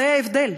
זה ההבדל.